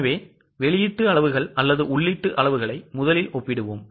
எனவே வெளியீட்டு அளவுகள் அல்லது உள்ளீட்டு அளவுகளை முதலில் ஒப்பிடுவோம்